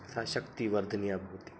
सः शक्तिः वर्धनीया भवति